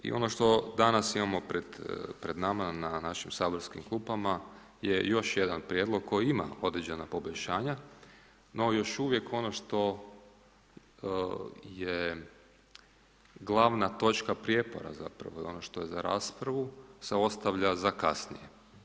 I ono što danas imamo pred nama na našim saborskim klupama je još jedan prijedlog koji ima određena poboljšanja, no još uvijek ono što je glavna točka prijepora zapravo i ono što je za raspravu se ostavlja za kasnije.